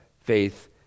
faith